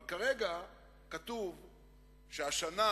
אבל כרגע כתוב שהשנה,